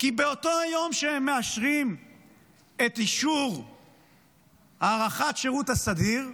כי באותו יום שהם מאשרים את הארכת השירות הסדיר,